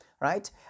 right